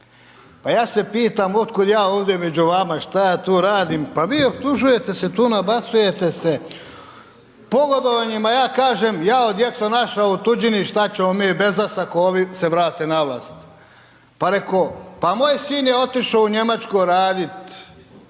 Pa ja se pitam otkud ja ovdje među vama, što ja tu radim, pa vi optužujete, se tu nabacujete se, pogodovanjima, a ja kažem, jao djeco naša u tuđini, što ćemo mi bez vas, ako ovi se vrate na vas. Pa rekao, pa moj sin je otišao u Njemačku radit,